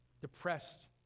depressed